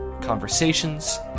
conversations